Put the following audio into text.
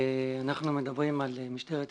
אנחנו מדברים על משטרת ישראל,